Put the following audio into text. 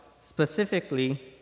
specifically